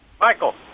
Michael